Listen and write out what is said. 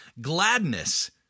gladness